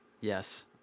Yes